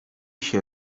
się